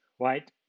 right